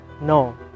no